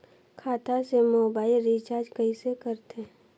खाता से mobile recharge कइसे करथे